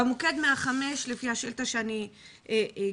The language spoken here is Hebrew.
במוקד 105, לפי השאילתה שאני הגשתי,